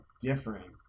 different